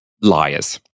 liars